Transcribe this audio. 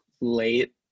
late